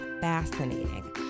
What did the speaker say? fascinating